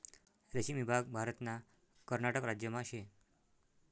रेशीम ईभाग भारतना कर्नाटक राज्यमा शे